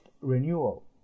renewal